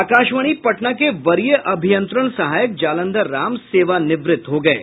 आकाशवाणी पटना के वरीय अभियंत्रण सहायक जालंधर राम सेवानिवृत्त हो गये